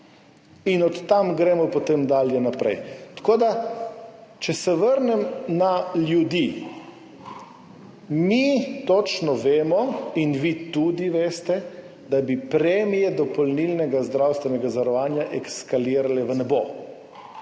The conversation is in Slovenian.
in od tam gremo potem dalje naprej. Če se vrnem na ljudi, mi točno vemo, in vi tudi veste, da bi premije dopolnilnega zdravstvenega zavarovanja eskalirale v nebo,